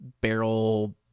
barrel –